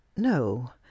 No